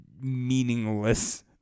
meaningless